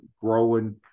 growing